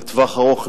לטווח הארוך,